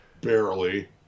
Barely